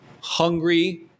hungry